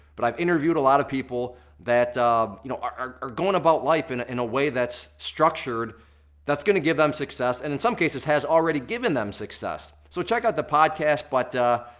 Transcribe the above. but i've interviewed a lot of people that you know are are going about life in in a way that's structured that's gonna give them success and in some cases has already given them success. so check out the podcast but,